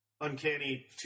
Uncanny